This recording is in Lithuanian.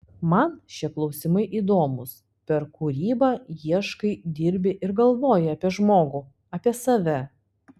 man šie klausimai įdomūs per kūrybą ieškai dirbi ir galvoji apie žmogų apie save